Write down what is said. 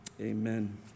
amen